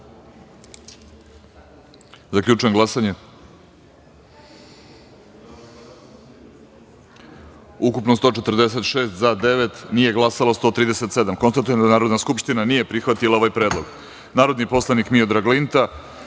predlog. Zaključujem glasanje: ukupno 146, za devet, nije glasalo 137.Konstatujem da Narodna skupština nije prihvatila ovaj predlog. Narodni poslanik Miodrag Linta